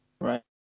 Right